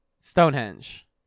Stonehenge